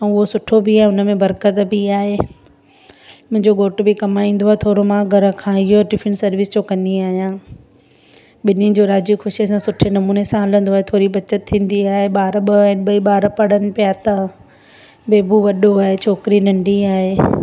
ऐं उहो सुठो बि आहे उनमें बरक़त बि आहे मुंहिजो घोट बि कमाईंदो आहे थोरो मां घर खां इहो टिफ़िन सर्विस जो कंदी आहियां ॿिन्हीनि जो राज़ी ख़ुशीअ सां सुठे नमूने सां हलंदो आहे थोरी बचत थींदी आहे ॿार ॿ आहिनि ॿई ॿार पढ़ण पिया था बेबू वॾो आहे छोकिरी नंढी आहे